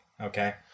okay